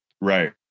Right